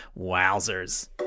Wowzers